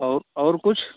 और और कुछ